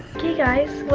okay guys well,